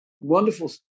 wonderful